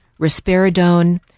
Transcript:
risperidone